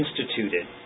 instituted